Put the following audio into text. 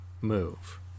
move